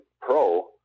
pro –